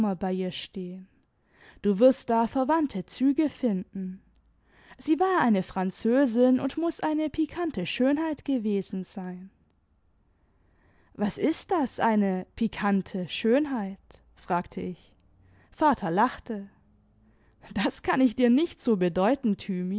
bei ihr stehen du wirst da verr wandte züge finden sie war eine französin und muß eine pikante schönheit gewesen sein was ist das eine pikante schönheit fragte ich vater lachte das kann ich dir nicht so bedeuten thymi